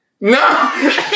No